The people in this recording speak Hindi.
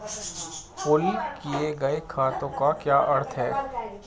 पूल किए गए खातों का क्या अर्थ है?